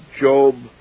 Job